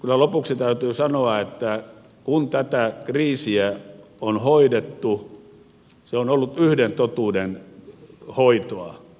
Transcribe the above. kyllä lopuksi täytyy sanoa että kun tätä kriisiä on hoidettu se on ollut yhden totuuden hoitoa